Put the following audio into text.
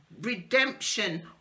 redemption